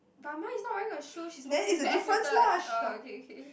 but mine is not wearing a shoe she is walking barefooted oh okay okay